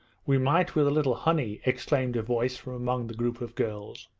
we might with a little honey exclaimed a voice from among the group of girls.